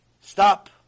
stop